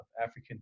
African